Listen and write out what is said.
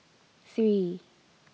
three